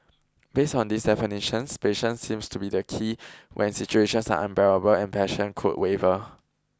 based on these definitions patience seems to be the key when situations are unbearable and passion could waver